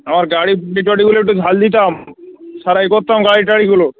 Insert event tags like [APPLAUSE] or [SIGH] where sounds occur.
আমার গাড়ির [UNINTELLIGIBLE] গুলো একটু ঝাল দিতাম সারাই করতাম গাড়িটাড়িগুলো